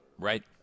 right